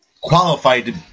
qualified